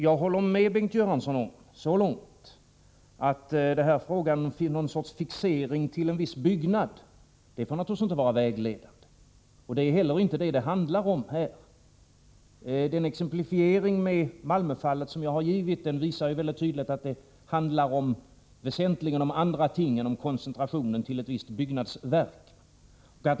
Jag håller med Bengt Göransson om att en fixering till en viss byggnad naturligtvis inte får vara vägledande. Det är inte heller det saken gäller i detta fall. Den exemplifiering med Malmöfallet som jag har givit visar mycket tydligt att det väsentligen handlar om andra ting än om koncentrationen till ett visst byggnadsverk.